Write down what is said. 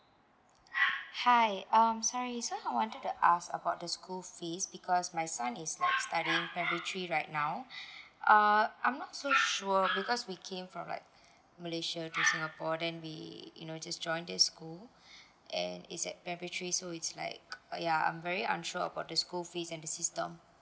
hi um sorry I want to ask about the school fees because my son is studying secondary three right now uh I'm not so sure because we came from like malaysia to singapore then we you know just join this school and is at secondary three so it's like uh ya I'm very unsure about the school fees and the system